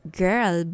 girl